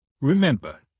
Remember